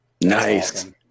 Nice